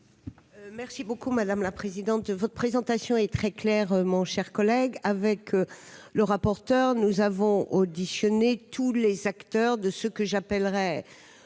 Merci beaucoup, madame la présidente, votre présentation est très clairement chers collègues avec le rapporteur nous avons auditionné tous les acteurs de ce que j'appellerai,